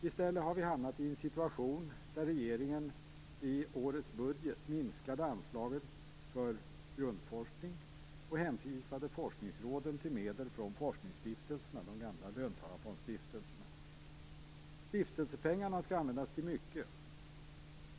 I stället har vi hamnat i en situation där regeringen i årets budget minskade anslagen för grundforskning och hänvisade forskningsråden till medel från forskningsstiftelserna, de gamla löntagarfondsstiftelserna. Stiftelsepengarna skall användas till mycket.